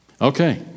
Okay